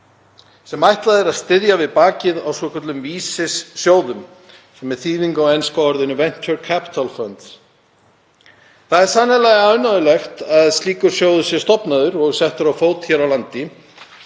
sem ætlað er að styðja við bakið á svokölluðum vísisjóðum sem er þýðing á enska heitinu Venture Capital Funds. Það er sannarlega ánægjulegt að slíkur sjóður sé stofnaður og settur á fót hér á landi